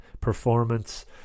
performance